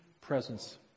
presence